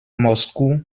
moscou